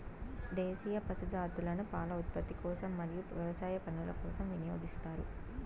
దేశీయ పశు జాతులను పాల ఉత్పత్తి కోసం మరియు వ్యవసాయ పనుల కోసం వినియోగిస్తారు